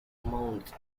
amounts